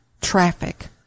traffic